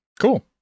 Cool